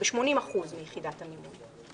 ב-80% מיחידת המימון.